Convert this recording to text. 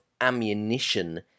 ammunition